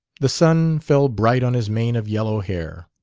the sun fell bright on his mane of yellow hair.